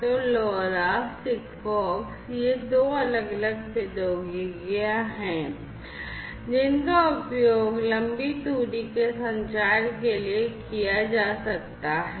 LoRa SIGFOX ये दो अलग अलग प्रौद्योगिकियां हैं जिनका उपयोग लंबी दूरी के संचार के लिए किया जा सकता है